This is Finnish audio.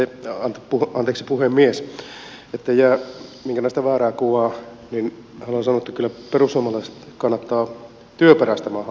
ettei jää minkäänlaista väärää kuvaa niin haluan sanoa että kyllä perussuomalaiset kannattaa työperäistä maahanmuuttoa